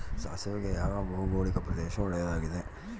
ಸಾಸಿವೆಗೆ ಯಾವ ಭೌಗೋಳಿಕ ಪ್ರದೇಶ ಒಳ್ಳೆಯದಾಗಿದೆ?